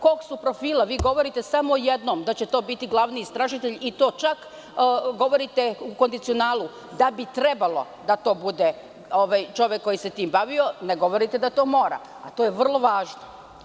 Kog su profila, vi govorite samo o jednom, da će to biti glavni istražitelj, i to čak, govorite u kondicionalu - da bi trebalo da to bude čovek koji se tim bavio, ne govorite da to mora, a to je vrlo važno.